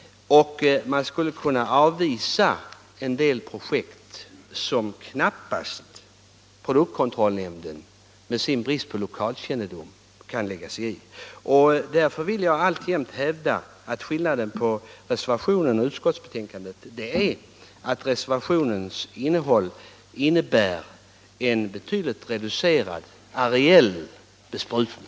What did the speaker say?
Den kommer att kunna avvisa en del projekt som knappast produktkontrollnämnden med sin brist på lokalkännedom kan lägga sig i. Därför vill jag alltjämt hävda att skillnaden mellan reservationen och utskottsbetänkandet är att reservationens innehåll innebär en betydligt reducerad areell besprutning.